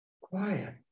Quiet